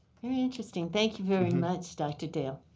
very interesting. thank you very much, dr. dale.